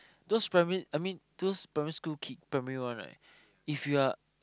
those primary I mean those primary school kid primary one right if you're